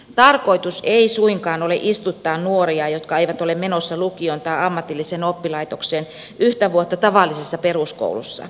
tarkoitus ei suinkaan ole istuttaa nuoria jotka eivät ole menossa lukioon tai ammatilliseen oppilaitokseen yhtä vuotta tavallisessa peruskoulussa